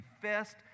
confessed